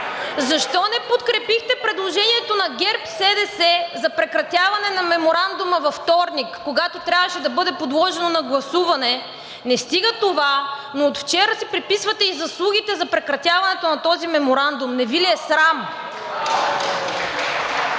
Защо не подкрепихте предложението на ГЕРБ-СДС за прекратяване на меморандума във вторник, когато трябваше да бъде подложено на гласуване? Не стига това, но от вчера си приписвате и заслугите за прекратяването на този меморандум. Не Ви ли е срам?!